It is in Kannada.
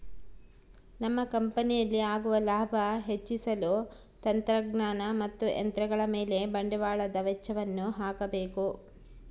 ನಮ್ಮ ಕಂಪನಿಯಲ್ಲಿ ಆಗುವ ಲಾಭ ಹೆಚ್ಚಿಸಲು ತಂತ್ರಜ್ಞಾನ ಮತ್ತು ಯಂತ್ರಗಳ ಮೇಲೆ ಬಂಡವಾಳದ ವೆಚ್ಚಯನ್ನು ಹಾಕಬೇಕು